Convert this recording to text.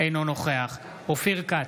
אינו נוכח אופיר כץ,